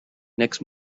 next